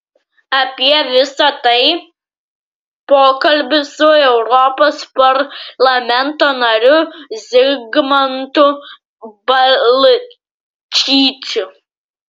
apie visai tai pokalbis su europos parlamento nariu zigmantu balčyčiu